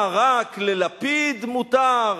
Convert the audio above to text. מה, רק ללפיד מותר?